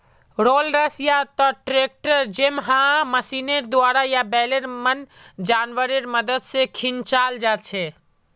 rollers या त tractor जैमहँ मशीनेर द्वारा या बैलेर मन जानवरेर मदद से खींचाल जाछे